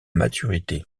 maturité